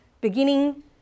beginning